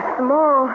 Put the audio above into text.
small